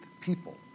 people